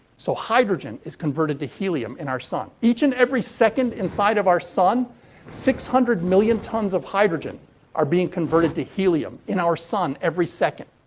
so hydrogen is converted to helium in our sun. each and every second inside of our sun six hundred million tons of hydrogen are being converted to helium in our sun, every second.